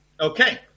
Okay